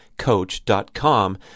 Coach.com